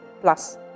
plus